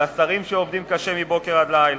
על השרים שעובדים קשה מבוקר עד ליל?